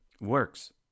works